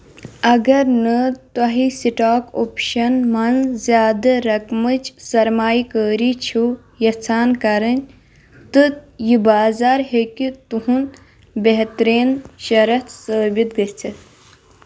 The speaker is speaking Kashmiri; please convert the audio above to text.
اگر نہٕ تُہۍ سٹاک اوپشن منٛز زیادٕ رقمٕچ سرمایہِ کٲری چھِو یژھان کٔرٕنۍ تہٕ یہِ بازار ہیٚکہِ تُہنٛد بہترین شَرتھ ثٲبت گژھِتھ